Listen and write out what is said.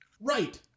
Right